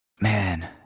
Man